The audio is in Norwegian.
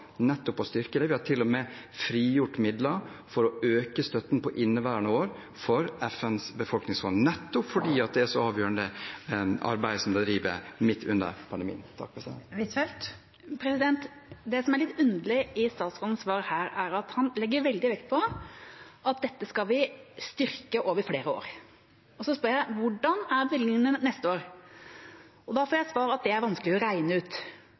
nettopp å styrke det. Vi har til og med frigjort midler for å øke støtten til FNs befolkningsfond for inneværende år nettopp fordi det er så avgjørende arbeid de driver midt under pandemien. Anniken Huitfeldt – til oppfølgingsspørsmål. Det som er litt underlig i statsrådens svar her, er at han legger veldig vekt på at vi skal styrke dette over flere år. Så spør jeg: Hvordan er bevilgningene neste år? Da får jeg til svar at det er vanskelig å regne ut.